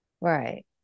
right